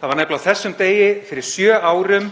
Það var nefnilega á þessum degi fyrir sjö árum